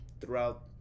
throughout